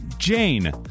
Jane